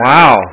Wow